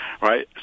right